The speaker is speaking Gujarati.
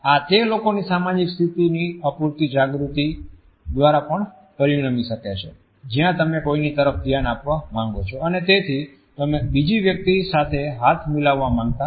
આ તે લોકોની સામાજિક સ્થિતિની અપુર્તિ જાગૃતિ દ્વારા પણ પરિણમી શકે છે જ્યાં તમે કોઈની તરફ ધ્યાન આપવા માંગો છો અને તેથી તમે બીજી વ્યક્તિ સાથે હાથ મિલાવવા માંગતા નથી